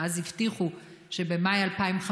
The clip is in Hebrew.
ואז הבטיחו שבמאי 2015